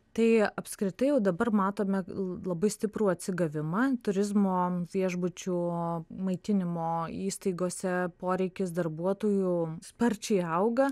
tai apskritai jau dabar matome labai stiprų atsigavimą turizmo viešbučių maitinimo įstaigose poreikis darbuotojų sparčiai auga